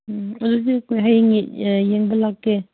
ꯎꯝ ꯑꯗꯨꯗꯤ ꯑꯩꯈꯣꯏ ꯍꯌꯦꯡ ꯌꯦꯡꯕ ꯂꯥꯛꯀꯦ